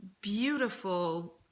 beautiful